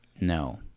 No